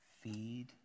feed